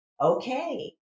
okay